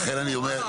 לכן אני אומר.